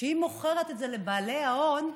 כשהיא מוכרת את זה לבעלי ההון,